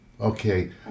Okay